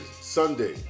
Sunday